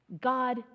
God